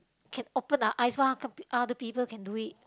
can open the eyes one can other people can do it